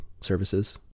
services